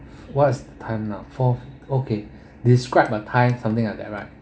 what's the time now four okay describe a time something like that right